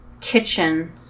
kitchen